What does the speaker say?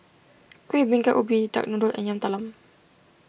Kueh Bingka Ubi Duck Noodle and Yam Talam